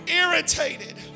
irritated